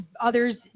others